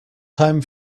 time